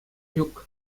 ҫук